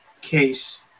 case